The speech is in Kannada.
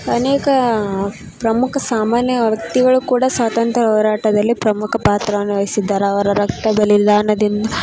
ಅನೇಕ ಪ್ರಮುಖ ಸಾಮಾನ್ಯ ವ್ಯಕ್ತಿಗಳು ಕೂಡ ಸ್ವಾತಂತ್ರ್ಯ ಹೋರಾಟದಲ್ಲಿ ಪ್ರಮುಖ ಪಾತ್ರವನ್ನ ವಹಿಸಿದ್ದಾರೆ ಅವರ ರಕ್ತ ಬಲಿದಾನದಿಂದ